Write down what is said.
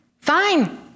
fine